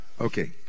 Okay